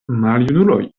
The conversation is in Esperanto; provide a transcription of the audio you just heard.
maljunuloj